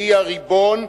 שהיא הריבון,